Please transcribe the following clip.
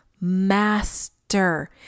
master